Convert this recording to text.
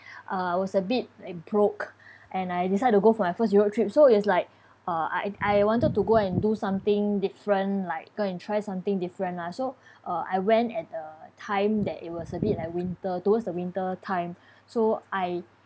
I was a bit uh broke and I decided to go for my first europe trip so it's like uh I I wanted to go and do something different like go and try something different lah so uh I went at the time that it was a bit like winter towards the winter time so I